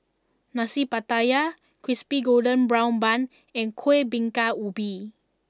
Nasi Pattaya Crispy Golden Brown Bun and Kueh Bingka Ubi